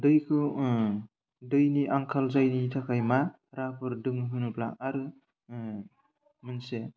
दैखौ दैनि आंखाल जायैनि थाखाय मा राहाफोर दं होनोब्ला आरो मोनसे